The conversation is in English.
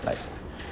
like